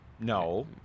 No